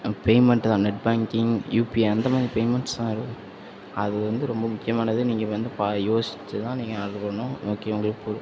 payment தான் net banking UPI அந்த மாரி பேமெண்ட்ஸ் தான் இருக் அது வந்து ரொம்ப முக்கியமானது நீங்கள் வந்து பா யோசிச்சி தான் நீங்கள் ஆட்ரு பண்ணும் ஓகே உங்களுக்கே பு